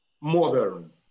modern